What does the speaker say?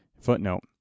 Footnote